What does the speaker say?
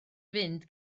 fynd